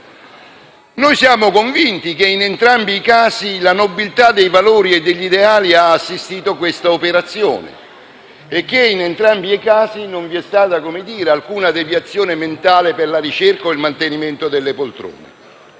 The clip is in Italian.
Siamo convinti che, in entrambi i casi, la nobiltà dei valori e degli ideali abbia assistito tali operazioni e che, in entrambi i casi, non vi sia stata alcuna deviazione mentale per la ricerca o il mantenimento delle poltrone,